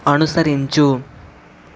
అనుసరించు